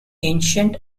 ancient